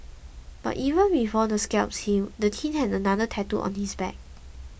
but even before the scabs healed the teen had another tattooed on his back